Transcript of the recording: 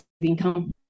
income